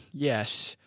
yes.